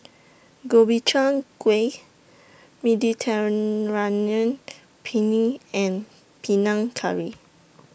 Gobchang Gui Mediterranean Penne and Panang Curry